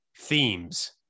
themes